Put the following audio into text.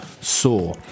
Saw